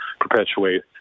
perpetuate